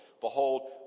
Behold